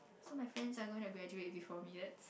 so my friends are going to graduate before me that's